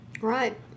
Right